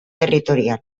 territorial